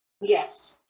Yes